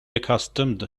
accustomed